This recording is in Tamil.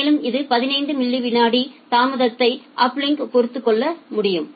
மேலும் இது 15 மில்லி விநாடிகள் தாமதத்தை அப்லிங்கில் பொறுத்துக்கொள்ள முடியும்